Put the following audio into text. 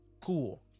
cool